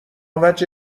وجه